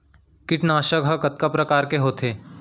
कीटनाशक ह कतका प्रकार के होथे?